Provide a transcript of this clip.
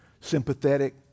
sympathetic